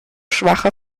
schwacher